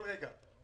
כל רגע.